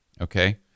Okay